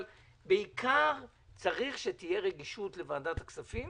אבל בעיקר צריך שתהיה רגישות לוועדת הכספים